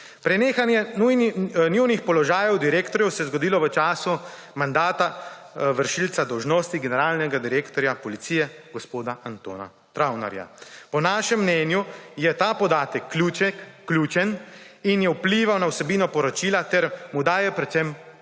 Prenehanje njunih položajev direktorjev se je zgodilo v času mandata vršilca dolžnosti generalnega direktorja policije gospoda Antona Travnerja. Po našem mnenju je ta podatek ključen in je vplival na vsebino poročila ter mu daje predvsem